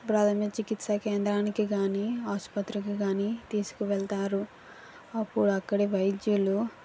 ప్రథమ చికిత్స కేంద్రానికి కానీ ఆసుపత్రికి కానీ తీసుకు వెళ్తారు అప్పుడు అక్కడి వైద్యులు